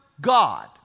God